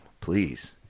please